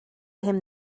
him